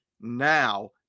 now